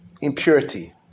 impurity